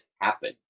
happen